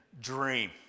dream